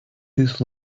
whose